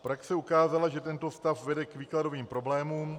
Praxe ukázala, že tento stav vede k výkladovým problémům.